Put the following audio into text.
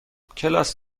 کلاس